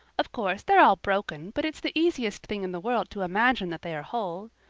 of course, they're all broken but it's the easiest thing in the world to imagine that they are whole.